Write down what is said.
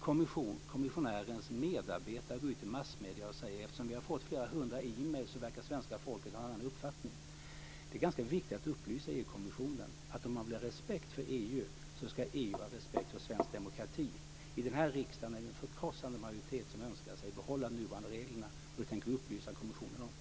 Kommissionärens medarbetare går sedan ut till massmedierna och säger: Eftersom vi har fått flera hundra e-mail verkar svenska folket ha en annan uppfattning. Det är viktigt att upplysa EU-kommissionen om att om man vill ha respekt för EU ska EU ha respekt för svensk demokrati. I den här riksdagen finns det en förkrossande majoritet som önskar behålla de nuvarande reglerna, och det tänker vi upplysa kommissionen om.